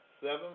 Seven